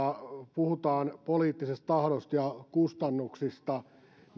puhutaan poliittisesta tahdosta ja kustannuksista